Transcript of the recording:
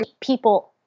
people